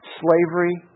slavery